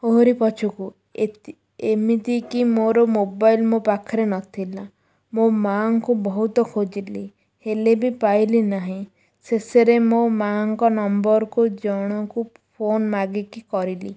ଓହରି ପଛୁକୁ ଏତି ଏମିତିକି ମୋର ମୋବାଇଲ୍ ମୋ ପାଖରେ ନଥିଲା ମୋ ମାଆଙ୍କୁ ବହୁତ ଖୋଜିଲି ହେଲେ ବି ପାଇଲି ନାହିଁ ଶେଷରେ ମୋ ମାଆଙ୍କ ନମ୍ବରକୁ ଜଣଙ୍କୁ ଫୋନ୍ ମାଗିକି କରିଲି